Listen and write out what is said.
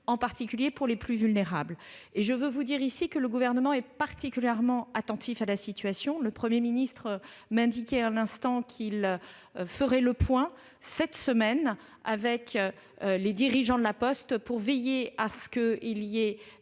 en particulier aux plus vulnérables. Le Gouvernement est particulièrement attentif à la situation. Le Premier ministre m'indiquait à l'instant qu'il ferait le point cette semaine avec les dirigeants de La Poste, pour veiller à ce qu'un